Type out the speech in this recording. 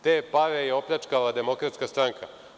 Te pare je opljačkala Demokratska stranka.